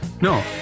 No